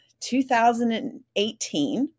2018